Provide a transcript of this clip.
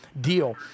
deal